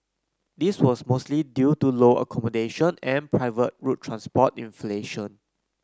this was mostly due to lower accommodation and private road transport inflation